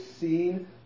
seen